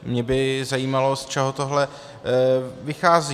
Mě by zajímalo, z čeho tohle vychází.